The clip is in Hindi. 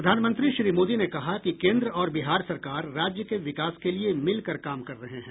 प्रधानमंत्री श्री मोदी ने कहा कि केन्द्र और बिहार सरकार राज्य के विकास के लिए मिलकर काम कर रहे हैं